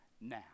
now